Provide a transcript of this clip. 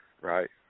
right